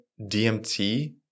DMT